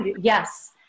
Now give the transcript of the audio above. Yes